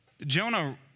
Jonah